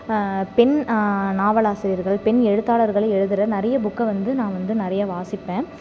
பெண் நாவல் ஆசிரியர்கள் பெண் எழுத்தாளர்கள எழுதுகிற நிறைய புக்கை வந்து நான் வந்து நிறைய வாசிப்பேன்